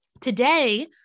Today